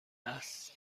است